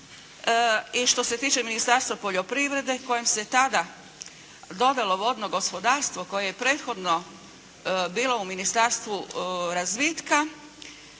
i što se tiče Ministarstva poljoprivrede kojem se tada dodalo vodno gospodarstvo koje je prethodno bilo u Ministarstvu razvitka